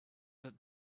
that